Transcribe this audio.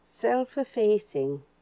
self-effacing